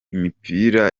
imipira